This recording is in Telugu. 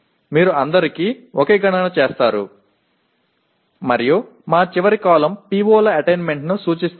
మీరు అందరికీ ఒకే గణన చేస్తారు మరియు మా చివరి కాలమ్ PO ల అటైన్మెంట్ను సూచిస్తుంది